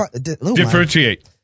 Differentiate